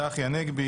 צחי הנגבי,